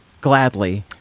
Gladly